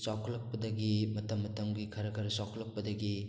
ꯆꯥꯎꯈꯠꯂꯛꯄꯗꯒꯤ ꯃꯇꯝ ꯃꯇꯝꯒꯤ ꯈꯔ ꯈꯔ ꯆꯥꯎꯈꯠꯂꯛꯄꯗꯒꯤ